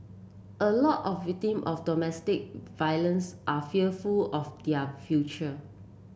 a lot of victim of domestic violence are fearful of their future